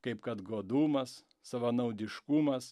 kaip kad godumas savanaudiškumas